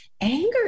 anger